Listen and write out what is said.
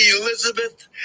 elizabeth